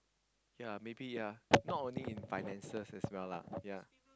ya maybe ya not only in finances as well lah ya